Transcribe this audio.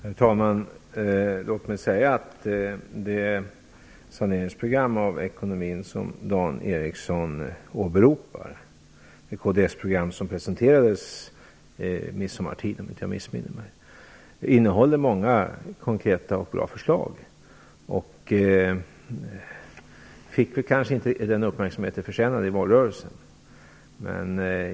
Herr talman! Låt mig säga att det program för sanering av ekonomin som Dan Ericsson åberopar - det kds-program som presenterades vid midsommartid, om jag inte missminner mig - innehåller många konkreta och bra förslag. Det fick kanske inte riktigt den uppmärksamhet som det förtjänade i valrörelsen.